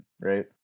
right